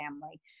family